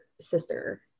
sister